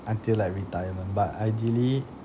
until like retirement but ideally